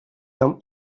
нам